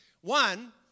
One